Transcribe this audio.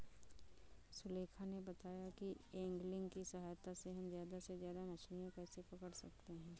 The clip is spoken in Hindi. सुलेखा ने बताया कि ऐंगलिंग की सहायता से हम ज्यादा से ज्यादा मछलियाँ कैसे पकड़ सकते हैं